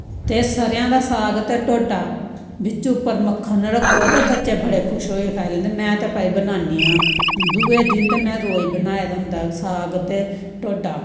ते स' रेंआं दा साग ते ढोडा बिच्च उप्पर मक्खन रक्खो ते बच्चे बड़े खुश होइयै खाई लैंदे मैं ते भाई बनानी आं दुऐ दिन ते मैं रोज बनाए दा होंदा साग ते ढोडा